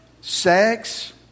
sex